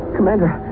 Commander